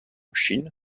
chine